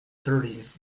thirties